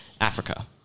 Africa